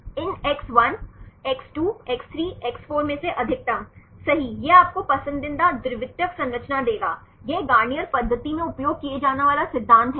इन X1 X2 X3 X4 में से अधिकतम सही यह आपको पसंदीदा द्वितीयक संरचना देगा यह गार्नियर पद्धति में उपयोग किया जाने वाला सिद्धांत है